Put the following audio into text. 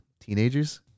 teenagers